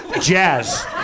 Jazz